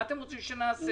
מה אתם רוצים שנעשה?